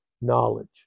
knowledge